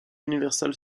universal